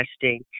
testing